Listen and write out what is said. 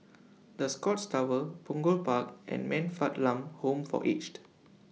The Scotts Tower Punggol Park and Man Fatt Lam Home For Aged